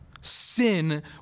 Sin